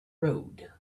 road